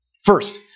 First